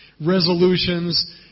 resolutions